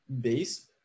base